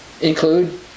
include